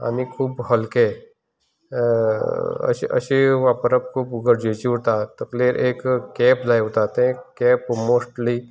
आनीक खूब हलकें अशें अशें वापरप खूब गरजेचे उरता तकलेर एक केप जाय उरता तें केप मोस्टली